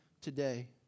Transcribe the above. today